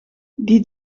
die